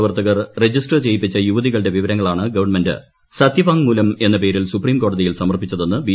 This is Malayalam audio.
പ്രവർത്തകൾ രജിസ്ട്രർ ചെയ്യിപ്പിച്ച യുവതികളുടെ വിവരങ്ങളാണ് ഗവൺമെന്റ് സത്യവാങ്മൂലം എന്ന പേരിൽ സുപ്രീംകോടതിയിൽ സമർപ്പിച്ചതെന്ന് ബി